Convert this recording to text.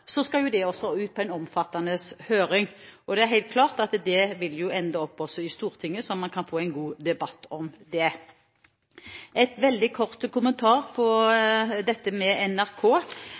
ut på en omfattende høring. Det er helt klart at dette vil ende opp i Stortinget, slik at man kan få en god debatt om det. En veldig kort kommentar til dette med NRK: Jeg vil ta sterkt avstand fra at det er en rasering av NRK.